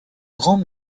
grand